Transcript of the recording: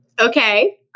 Okay